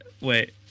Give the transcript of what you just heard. wait